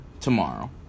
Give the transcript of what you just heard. tomorrow